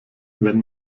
wenn